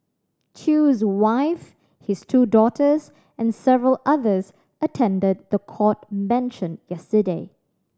Chew's wife his two daughters and several others attended the court mention yesterday